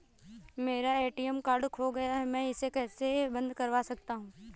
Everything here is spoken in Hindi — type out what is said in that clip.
मेरा ए.टी.एम कार्ड खो गया है मैं इसे कैसे बंद करवा सकता हूँ?